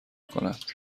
کند